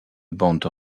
bande